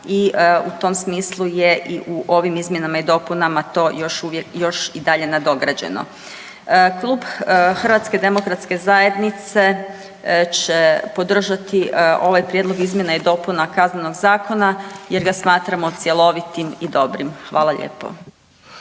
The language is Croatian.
i u tom smislu je i u ovim izmjenama i dopunama to još i dalje nadograđeno. Klub HDZ-a će podržati ovaj Prijedlog izmjena i dopuna Kaznenog zakona jer ga smatramo cjelovitim i dobrim. Hvala lijepo.